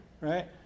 right